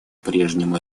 прежнему